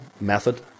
method